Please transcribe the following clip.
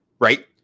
right